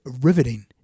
riveting